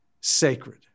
sacred